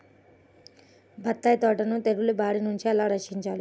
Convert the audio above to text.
బత్తాయి తోటను తెగులు బారి నుండి ఎలా రక్షించాలి?